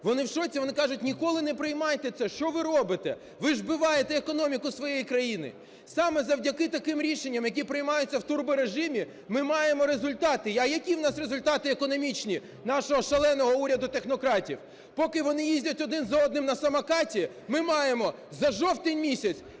Вони в шоці, вони кажуть: ніколи не приймайте це, що ви робите, ви ж вбиваєте економіку своєї країни. Саме завдяки таким рішенням, які приймаються в турборежимі, ми маємо результати. А які у нас результати економічні нашого шаленого уряду технократів? Поки вони їздять один за одним на самокаті, ми маємо за жовтень місяць